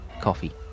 coffee